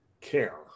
care